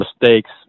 mistakes